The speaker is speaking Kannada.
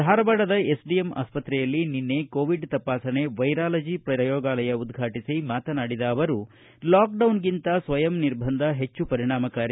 ಧಾರವಾಡದ ಎಸ್ಡಿಎಂ ಆಸ್ಪಕ್ರೆಯಲ್ಲಿ ನಿನ್ನೆ ಕೋವಿಡ್ ತಪಾಸಣೆ ವೈರಾಲಜಿ ಪ್ರಯೋಗಾಲಯ ಉದ್ಘಾಟಿಸಿ ಮಾತನಾಡಿದ ಅವರು ಲಾಕ್ಡೌನ್ ಗಿಂತ ಸ್ವಯಂ ನಿಬಂಧ ಹೆಚ್ಚು ಪರಿಣಾಮಕಾರಿ